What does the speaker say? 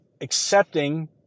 accepting